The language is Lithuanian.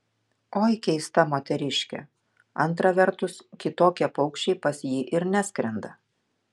oi keista moteriškė antra vertus kitokie paukščiai pas jį ir neskrenda